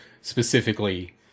Specifically